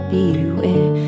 Beware